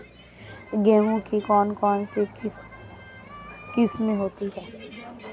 गेहूँ की कौन कौनसी किस्में होती है?